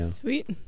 Sweet